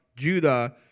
Judah